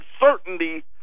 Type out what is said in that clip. uncertainty